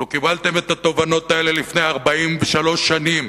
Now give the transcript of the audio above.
לו קיבלתם את התובנות האלה לפני 43 שנים,